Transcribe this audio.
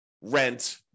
rent